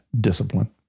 discipline